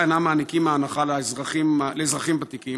אינם מעניקים את ההנחה לאזרחים ותיקים?